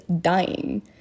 dying